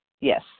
Yes